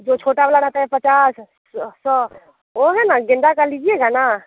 जो छोटा वो वाला रहता है पचास सौ सौ वो है न गेंदा का लीजिएगा ना